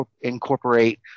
incorporate